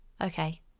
okay